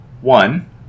one